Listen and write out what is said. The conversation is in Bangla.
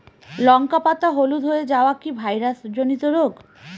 লঙ্কা পাতা হলুদ হয়ে যাওয়া কি ভাইরাস জনিত রোগ?